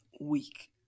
week